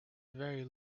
very